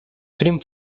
film